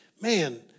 man